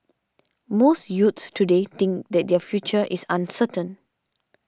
most youths today think that their future is uncertain